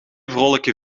vrolijke